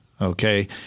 okay